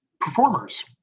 performers